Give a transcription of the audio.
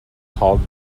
called